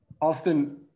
Austin